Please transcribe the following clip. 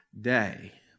day